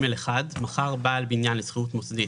"(ג1)מכר בעל בניין לשכירות מוסדית